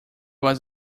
was